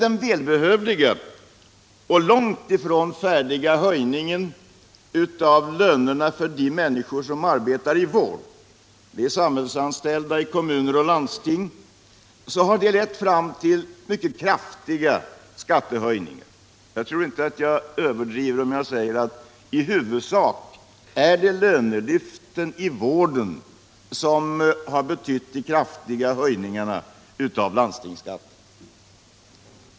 Den välbehövliga och långt ifrån färdiga höjningen av lönerna för de människor som arbetar i vård — samhillsanställda i kommuner och landsting = har lett fram till mycket kraftiga skattehöjningar. Jag tror inte att jag överdriver om jag säger att det i huvudsak är lönelyften i vården som har medfört de kraftiga höjningarna av landstingsskatten.